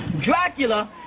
Dracula